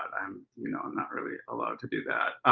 i'm, you know, i'm not really allowed to do that.